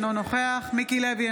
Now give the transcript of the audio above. אינו נוכח מיקי לוי,